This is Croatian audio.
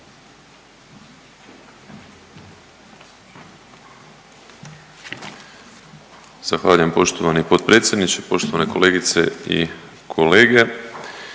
Zahvaljujem poštovani potpredsjedniče, poštovane kolegice i kolege.